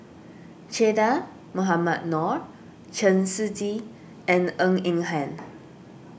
Che Dah Mohamed Noor Chen Shiji and Ng Eng Hen